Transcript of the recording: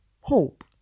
Hope